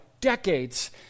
decades